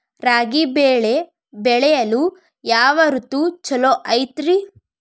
ರಾಗಿ ಬೆಳೆ ಬೆಳೆಯಲು ಯಾವ ಋತು ಛಲೋ ಐತ್ರಿ?